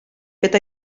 fet